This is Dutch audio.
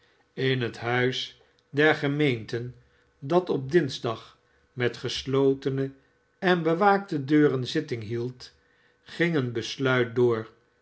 in het huis der gemeenten dat op dinsdag met geslotene en bewaakte deuren zitting hield ging een besluit door